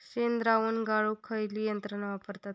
शेणद्रावण गाळूक खयची यंत्रणा वापरतत?